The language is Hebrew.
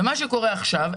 ומה שקורה עכשיו,